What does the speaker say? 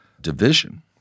division